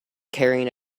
carrying